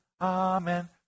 amen